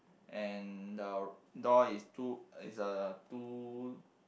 and the door is two is a two